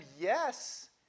yes